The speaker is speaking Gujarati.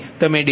064 અને 0